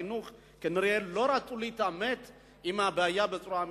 שרי החינוך כנראה לא רצו להתעמת עם הבעיה בצורה אמיתית.